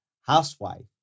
housewife